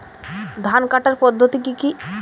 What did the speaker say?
ধান কাটার পদ্ধতি কি কি?